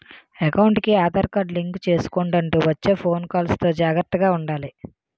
ఎకౌంటుకి Aadhaar card link చేసుకొండంటూ వచ్చే ఫోను కాల్స్ తో జాగర్తగా ఉండాలి